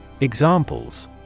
Examples